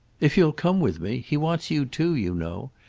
if you'll come with me. he wants you too, you know.